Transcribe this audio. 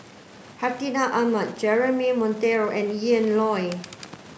Hartinah Ahmad Jeremy Monteiro and Ian Loy